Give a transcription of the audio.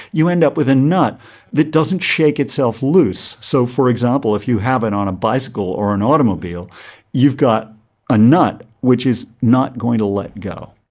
you end up with a nut that doesn't shake itself loose. so, for example, if you have it on a bicycle or an automobile you've got a nut which is not going to let go.